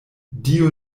dio